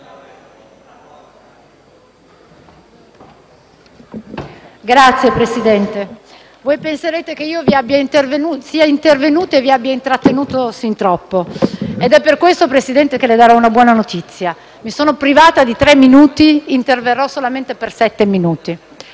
Signor Presidente, voi penserete che io sia intervenuta e vi abbia intrattenuto sin troppo. È per questo, signor Presidente, che le darò una buona notizia: mi sono privata di tre minuti e interverrò solamente per sette minuti.